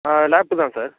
ஆ lab தான் sir